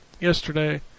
yesterday